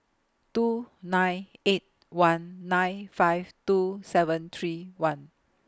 two nine eight one nine five two seven three one